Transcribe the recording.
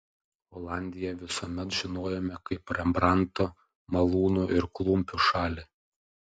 olandiją visuomet žinojome kaip rembrandto malūnų ir klumpių šalį